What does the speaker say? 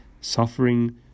suffering